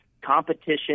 competition